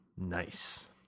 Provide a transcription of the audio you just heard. Nice